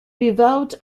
revolved